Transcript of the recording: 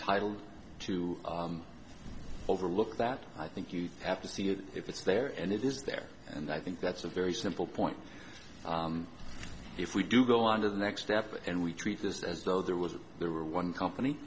entitled to overlook that i think you have to see it if it's there and it is there and i think that's a very simple point if we do go on to the next step and we treat this as though there was a there were one company